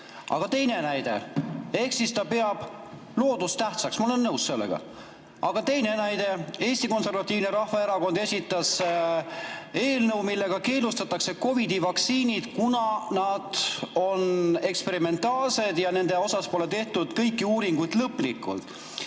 usaldusküsimusega. Ehk siis ta peab loodust tähtsaks. Ma olen sellega nõus. Aga teine näide: Eesti Konservatiivne Rahvaerakond esitas eelnõu, millega keelustataks COVID-i vaktsiinid, kuna need on eksperimentaalsed ja nende osas pole kõiki uuringuid lõplikult